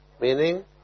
Meaning